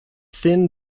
thin